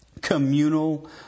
communal